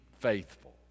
faithful